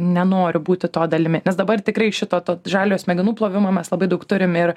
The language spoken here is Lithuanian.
nenoriu būti to dalimi nes dabar tikrai iš šito to žalio smegenų plovimo mes labai daug turim ir